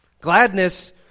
Gladness